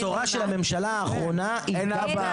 אין אבא,